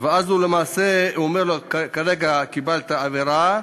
הוא אומר לו: כרגע קיבלת עבירה,